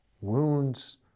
wounds